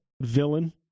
villain